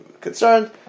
concerned